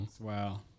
wow